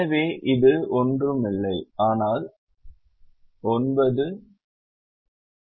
எனவே இது ஒன்றும் இல்லை ஆனால் 9 5 3